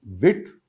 width